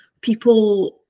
people